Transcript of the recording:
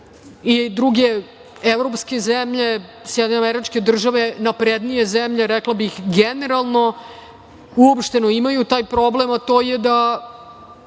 i druge evropske zemlje, SAD, naprednije zemlje, rekla bih, generalno uopšteno imaju taj problem, a to je da